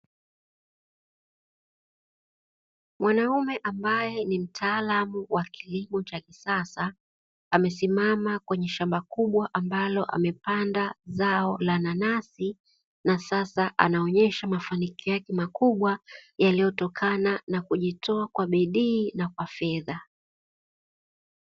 Mwanaume ambaye ni mtaalamu wa kilimo cha kisasa, amesimama kwenye shamba kubwa ambalo amepanda zao la nanasi, na sasa anaonyesha mafanikio yake makubwa yaliyotokana na kujitoa kwa bidii na kwa fedha.